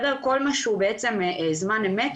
כל מה שהוא בעצם זמן אמת,